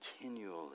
continually